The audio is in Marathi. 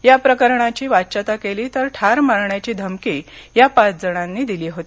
या प्रकरणाची वाच्यता केली तर ठार मारण्याची धमकी या पाच जणांनी दिली होती